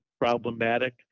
problematic